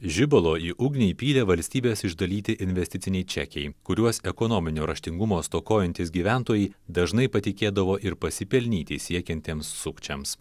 žibalo į ugnį įpylė valstybės išdalyti investiciniai čekiai kuriuos ekonominio raštingumo stokojantys gyventojai dažnai patikėdavo ir pasipelnyti siekiantiems sukčiams